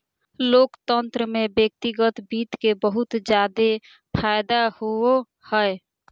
लोकतन्त्र में व्यक्तिगत वित्त के बहुत जादे फायदा होवो हय